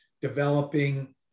developing